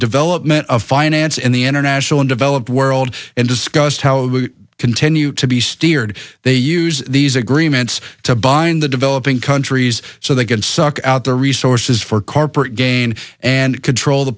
development of finance in the international and developed world and discussed how we continue to be steered they use these agreements to bind the developing countries so they can suck out their resources for corporate gain and control the